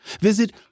visit